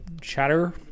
chatter